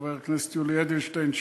חבר הכנסת יולי אדלשטיין שנענה,